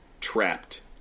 trapped